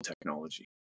technology